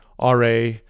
RA